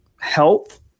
health